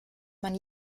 man